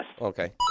Okay